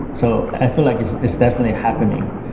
so i feel like it's it's definitely happening.